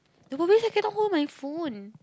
i cannot hold my phone